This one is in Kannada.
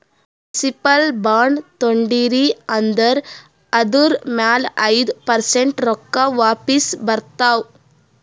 ಮುನ್ಸಿಪಲ್ ಬಾಂಡ್ ತೊಂಡಿರಿ ಅಂದುರ್ ಅದುರ್ ಮ್ಯಾಲ ಐಯ್ದ ಪರ್ಸೆಂಟ್ ರೊಕ್ಕಾ ವಾಪಿಸ್ ಬರ್ತಾವ್